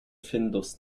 findus